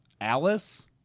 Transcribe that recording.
Alice